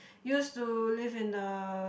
used to live in a